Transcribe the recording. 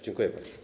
Dziękuję bardzo.